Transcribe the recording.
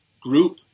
group